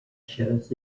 shows